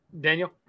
Daniel